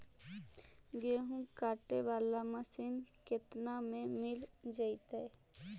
गेहूं काटे बाला मशीन केतना में मिल जइतै?